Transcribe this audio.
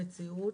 המציאות,